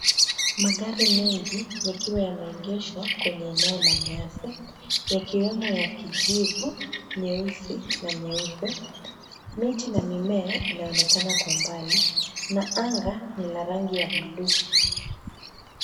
Magari mengi yakiwa yameegeshwa kwenye eneo la nyasi, yakiwemo ya kijivu, nyeusi na nyeupe. Miti na mimea inaonekana kwa mbali na anga ni la rangi ya blue .